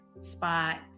spot